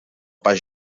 pas